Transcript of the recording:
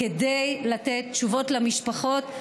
כדי לתת תשובות למשפחות,